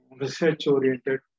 research-oriented